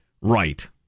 Right